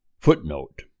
Footnote